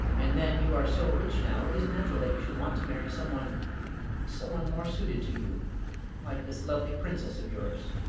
and then, you are so rich now, it is natural that you should want to marry some one some one more suited to you like this lovely princess of yours.